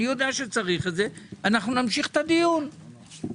אנחנו נמשיך את הדיון.